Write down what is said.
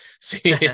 see